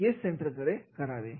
केस सेंटरकडे करावे